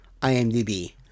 IMDB